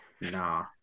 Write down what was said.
Nah